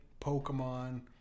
Pokemon